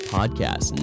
Podcast